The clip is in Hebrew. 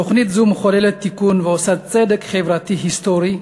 תוכנית זו מחוללת תיקון ועושה צדק חברתי היסטורי,